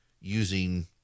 using